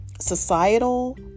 societal